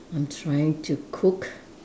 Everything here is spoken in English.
I'm trying to cook